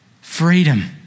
freedom